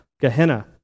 Gehenna